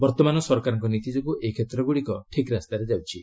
ବର୍ତ୍ତମାନ ସରକାରଙ୍କ ନୀତି ଯୋଗୁଁ ଏହି କ୍ଷେତ୍ରଗୁଡ଼ିକ ଠିକ୍ ରାସ୍ତାରେ ଯାଉଛି